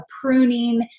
pruning